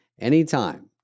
anytime